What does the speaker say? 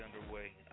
underway